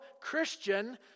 Christian